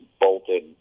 bolted